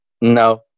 No